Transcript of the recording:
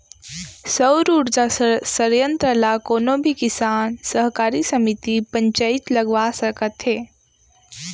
सउर उरजा संयत्र ल कोनो भी किसान, सहकारी समिति, पंचईत लगवा सकत हे